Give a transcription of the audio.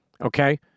Okay